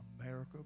America